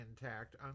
intact